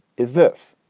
is this.